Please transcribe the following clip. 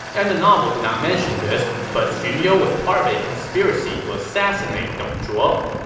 and the novel did not mention this, but xun you was part of a conspiracy to assassinate dong zhuo.